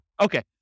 Okay